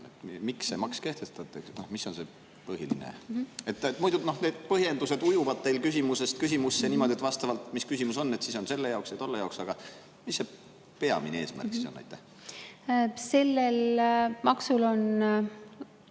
Miks see maks kehtestatakse? Mis on see põhiline? Muidugi, need põhjendused ujuvad teil küsimusest küsimusse vastavalt sellele, mis küsimus on. On selle jaoks ja tolle jaoks. Aga mis see peamine eesmärk on? Sellel maksul on